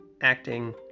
acting